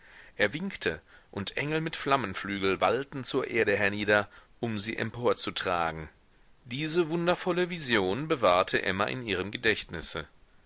er winkte und engel mit flammenflügeln wallten zur erde hernieder um sie emporzutragen diese wundervolle vision bewahrte emma in ihrem gedächtnisse